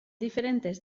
diferentes